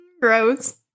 Gross